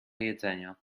jedzenia